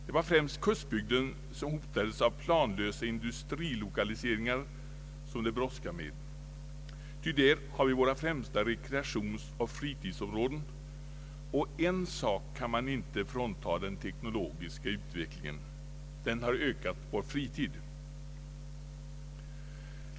Det var främst kustbygden som hotades av planlösa industrilokaliseringar som det brådskade med, ty där har vi våra främsta rekreationsoch fritidsområden. En sak kan man inte fråntaga den teknologiska utvecklingen — den har ökat vår fritid.